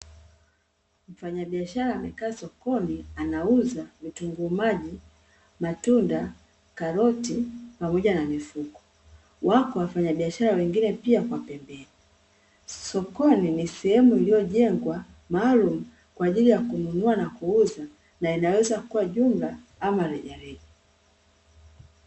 Mfanyabiashara amekaa sokoni anauza: vitunguu maji, matunda, karoti pamoja na mifuko. Wapo wafanyabiashara wengine pia kwa pembeni. Sokoni ni sehemu iliyojengwa maalumu kwa ajili ya kununua na kuuza, na inaweza kuwa jumla ama rejareja.